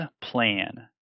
plan